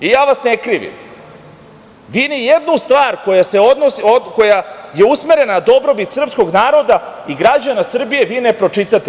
Ja vas ne krivim, vi ni jednu stvar koja je usmerena na dobrobit srpskog naroda i građana Srbije, vi ne pročitate.